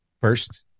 first